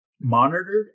monitored